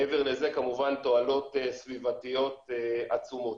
מעבר לזה כמובן תועלות סביבתיות עצומות.